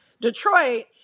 Detroit